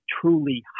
truly